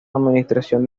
administración